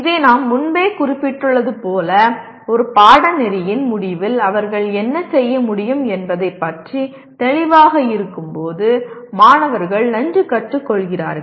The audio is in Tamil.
இதை நாம் முன்பே குறிப்பிட்டுள்ளது போல ஒரு பாடநெறியின் முடிவில் அவர்கள் என்ன செய்ய முடியும் என்பதைப் பற்றி தெளிவாக இருக்கும்போது மாணவர்கள் நன்கு கற்றுக்கொள்கிறார்கள்